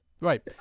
right